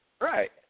Right